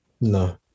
No